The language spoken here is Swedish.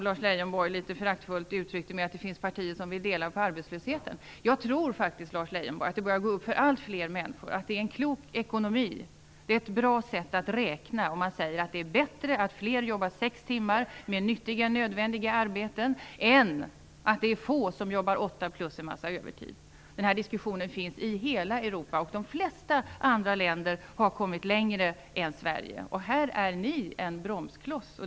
Lars Leijonborg uttryckte litet föraktfullt att det finns partier som vill dela på arbetslösheten. Jag tror faktiskt att det börjar gå upp för allt fler människor att det är en klok ekonomi och ett bra sätt att räkna att säga att det är bättre att fler jobbar sex timmar med nyttiga och nödvändiga arbeten än att få jobbar åtta timmar plus en massa övertid. Den här diskussionen förs i hela Europa, och de flesta andra länder har kommit längre än Sverige i detta avseende. Här är Folkpartiet en bromskloss.